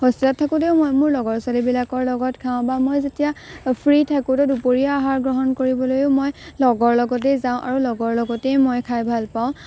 হোষ্টেলত থাকোঁতেও মই মোৰ লগৰ ছোৱালীবিলাকৰ লগত খাওঁ বা মই যেতিয়া ফ্ৰী থাকোঁ তো দুপৰীয়া আহাৰ গ্ৰহণ কৰিবলৈয়ো মই লগৰ লগতেই যাওঁ আৰু লগৰ লগতেই মই খাই ভাল পাওঁ